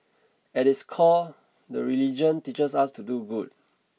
at its core the religion teaches us to do good